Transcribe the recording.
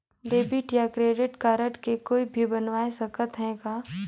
Debit या credit card के कोई भी बनवाय सकत है का?